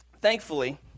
thankfully